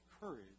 courage